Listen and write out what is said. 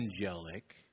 angelic